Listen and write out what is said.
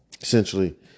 Essentially